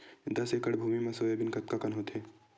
दस एकड़ भुमि म सोयाबीन कतका कन होथे?